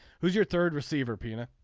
who's your third receiver pina